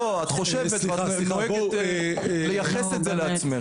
לא, את חושבת ואת נוהגת לייחס את זה לעצמך.